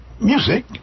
music